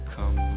Come